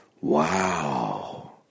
Wow